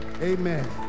amen